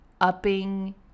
upping